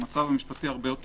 המצב המשפטי עכשיו יותר ברור.